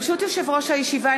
ברשות יושב-ראש הישיבה,